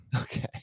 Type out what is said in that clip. Okay